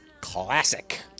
classic